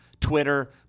Twitter